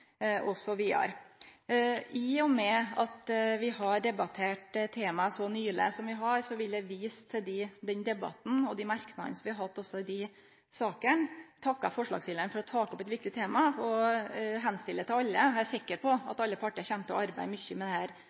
I og med at vi har debattert temaet så nyleg som vi har, vil eg vise til den debatten og dei merknadene vi hadde også i dei sakene. Eg takkar forslagsstillarane for å ta opp eit viktig tema. Eg er sikker på at alle partia kjem til å arbeide mykje med dette temaet vidare – eg oppmodar alle om det.